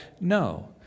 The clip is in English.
No